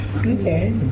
Okay